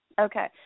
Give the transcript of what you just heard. Okay